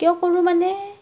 কিয় কৰোঁ মানে